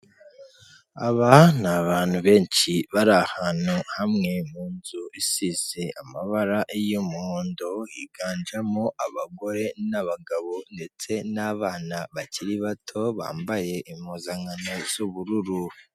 Aba ni abantu benshi bari ahantu hamwe, mu nzu isize amabara y'umuhondo, higanjemo abagore n'abagabo ndetse n'abana bakiri bato, bambaye impuzankano z'ubururu.